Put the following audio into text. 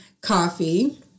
coffee